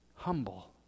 humble